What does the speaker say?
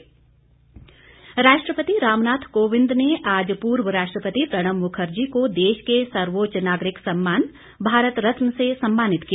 भारत रल राष्ट्रपति रामनाथ कोविंद ने आज पूर्व राष्ट्रपति प्रणब मुखर्जी को देश के सर्वोच्च नागरिक सम्मान भारत रत्न से सम्मानित किया